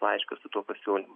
laišką su tuo pasiūlymu